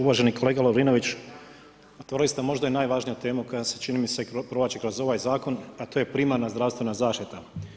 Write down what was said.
Uvaženi kolega Lovrinović, otvorili ste možda i najvažniju temu koja se, čini mi se provlači kroz ovaj Zakon, a to je primarna zdravstvena zaštita.